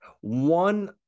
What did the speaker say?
one